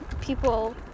people